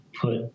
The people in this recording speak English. put